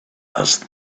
asked